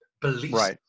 beliefs